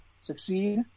succeed